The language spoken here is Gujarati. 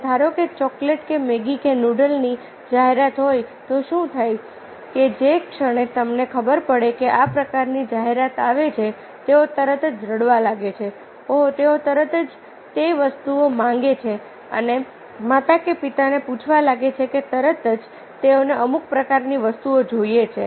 અને ધારો કે ચોકલેટ કે મેગી કે નૂડલની જાહેરાત હોય તો શું થાય કે જે ક્ષણે તમને ખબર પડે કે આ પ્રકારની જાહેરાત આવે છે તેઓ તરત જ રડવા લાગે છે ઓહ તેઓ તરત જ તે વસ્તુ માંગે છે અને માતા કે પિતાને પૂછવા લાગે છે કે તરત જ તેઓને અમુક પ્રકારની વસ્તુઓ જોઈએ છે